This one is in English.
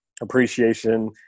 appreciation